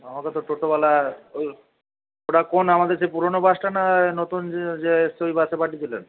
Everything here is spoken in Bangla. আমাকে তো টোটোওয়ালা ওই ওটা কোন আমাদের যে পুরোনো বাসটা না নতুন যে যে এসছে ওই বাসে পাঠিয়েছিলেন